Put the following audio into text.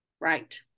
right